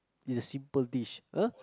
is simple dish !huh!